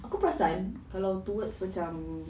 aku perasan kalau towards macam